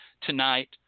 tonight